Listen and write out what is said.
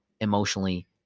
emotionally